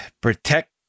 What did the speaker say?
Protect